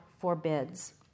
forbids